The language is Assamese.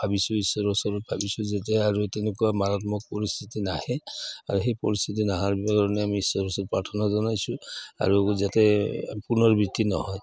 ভাবিছোঁ ঈশ্বৰৰ ওচৰত ভাবিছোঁ আৰু তেনেকুৱা মাৰাত্মক পৰিস্থিতি নাহে আৰু সেই পৰিস্থিতি নহাৰ কাৰণে আম ঈশ্বৰৰ ওচৰত প্ৰাৰ্থনা জনাইছোঁ আৰু যাতে পুনৰাবৃত্তি নহয়